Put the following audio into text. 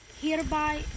Hereby